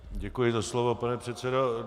Děkuji za slovo, pane předsedo.